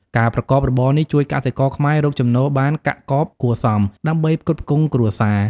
ការប្រកបរបរនេះជួយកសិករខ្មែររកចំណូលបានកាក់កបគួរសម ដើម្បីផ្គត់ផ្គង់គ្រួសារ។